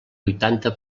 huitanta